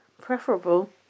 Preferable